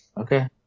okay